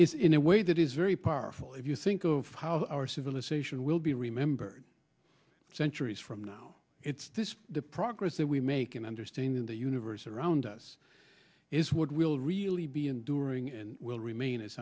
is in a way that is very powerful if you think of how our civilization will be remembered centuries from now it's the progress that we make in understanding the universe around us is what will really be enduring and will remain as